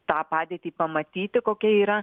tą padėtį pamatyti kokia yra